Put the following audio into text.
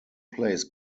plays